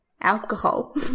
alcohol